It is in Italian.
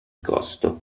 costo